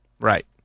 Right